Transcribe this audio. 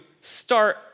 start